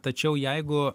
tačiau jeigu